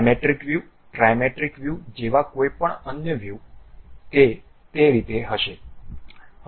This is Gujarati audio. ડાયમેટ્રિક વ્યૂ ત્રિમેટ્રિક વ્યૂ જેવા કોઈપણ અન્ય વ્યૂ તે તે રીતે હશે